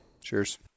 cheers